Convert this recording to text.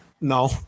No